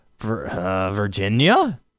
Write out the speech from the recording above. Virginia